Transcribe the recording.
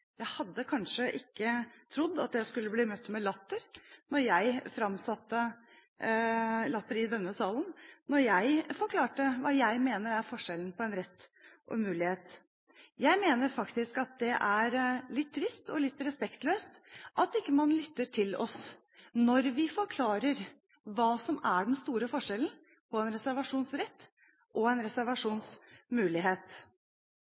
Jeg hadde kanskje ikke trodd at jeg skulle frambringe latter i denne salen når jeg forklarte hva jeg mener er forskjellen på en rett og en mulighet. Jeg mener faktisk at det er litt trist og litt respektløst at man ikke lytter til oss når vi forklarer hva som er den store forskjellen på en reservasjonsrett og en